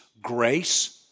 grace